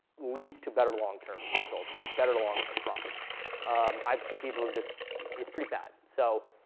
leads to better long-term results better long-term profits i've seen people who've just, it's pretty bad so,